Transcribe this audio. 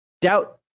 doubt